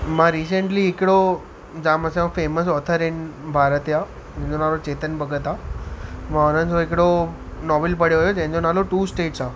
मां रीसेन्ट्ली हिकिड़ो जाम असांजो फ़ेमस ऑथर आहिनि भारत जा जिनि जो नालो चेतन भगत आहे मां हुननि जो हिकिड़ो नॉवेल पढ़ियो हुओ जंहिंजो नालो टू स्टेट्स आहे